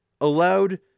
allowed